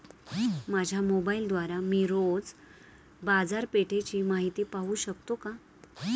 माझ्या मोबाइलद्वारे मी रोज बाजारपेठेची माहिती पाहू शकतो का?